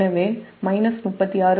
எனவே 36